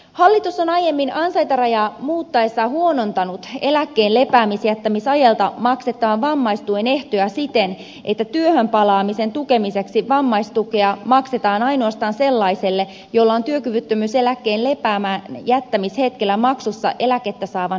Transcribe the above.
hallitus on aiemmin ansaintarajaa muuttaessaan huonontanut eläkkeen lepäämisjättämisajalta maksettavan vammaistuen ehtoja siten että työhön palaamisen tukemiseksi vammaistukea maksetaan ainoastaan sellaiselle jolla on työkyvyttömyyseläkkeen lepäämäänjättämishetkellä maksussa eläkettä saavan hoitotuki